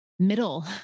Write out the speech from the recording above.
middle